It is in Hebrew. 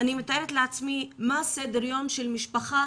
אני מתארת לעצמי מה סדר היום של משפחה